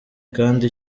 kandi